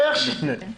איך 70%?